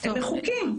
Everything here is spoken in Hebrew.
הם מחוקים.